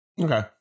Okay